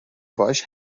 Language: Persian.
باهاش